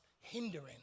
hindering